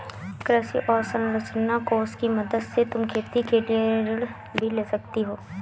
कृषि अवसरंचना कोष की मदद से तुम खेती के लिए ऋण भी ले सकती हो